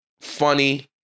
funny